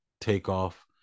takeoff